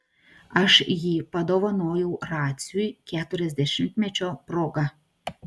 aš jį padovanojau raciui keturiasdešimtmečio proga